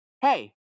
hey